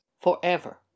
forever